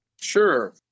Sure